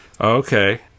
Okay